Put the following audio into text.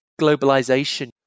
globalization